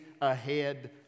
ahead